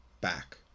back